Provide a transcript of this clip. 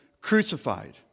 crucified